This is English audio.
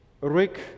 Rick